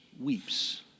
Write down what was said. weeps